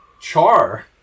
Char